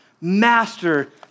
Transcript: master